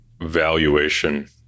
valuation